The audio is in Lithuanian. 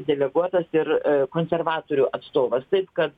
deleguotas ir konservatorių atstovas taip kad